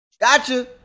gotcha